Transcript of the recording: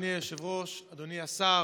אדוני היושב-ראש, אדוני השר,